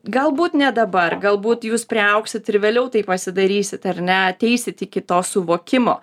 galbūt ne dabar galbūt jūs priaugsit ir vėliau tai pasidarysit ar ne ateisit iki to suvokimo